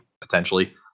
potentially